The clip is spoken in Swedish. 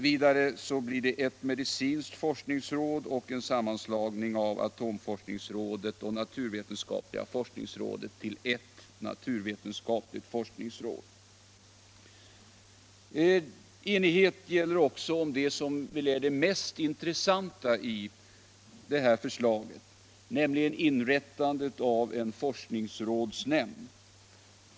Vidare blir det ett medicinskt forskningsråd samt en sammanslagning av atomforskningsrådet och naturvetenskapliga forskningsrådet till ett naturvetenskapligt forskningsråd. Enighet råder också om det som väl är det mest intressanta i förslaget, nämligen inrättandet av en forskningsrådsnämnd.